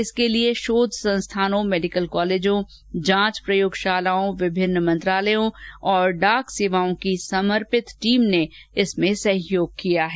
इसके लिए शोध संस्थानों मेडिकल कॉलेजों जांच प्रयोगशालाओं विभिन्न मंत्रालयों और डाक सेवाओं की समर्पित टीम ने इसमें सहयोग किया है